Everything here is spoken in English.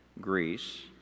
Greece